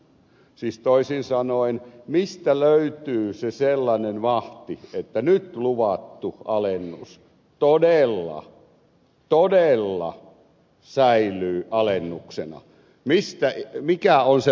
siis toisin sanoen mistä löytyy se sellainen vahti että nyt luvattu alennus todella todella säilyy alennuksena